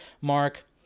mark